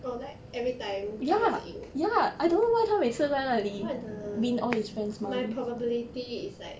oh like everytime 他每次赢 [what] the my probability is like